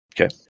Okay